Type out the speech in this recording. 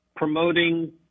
Promoting